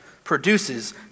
Produces